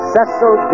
Cecil